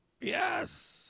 Yes